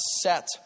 set